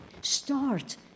start